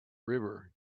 river